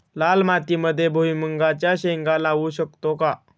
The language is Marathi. लाल मातीमध्ये भुईमुगाच्या शेंगा लावू शकतो का?